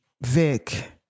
Vic